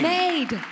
made